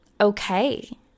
okay